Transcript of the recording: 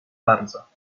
bardzo